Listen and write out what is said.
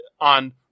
on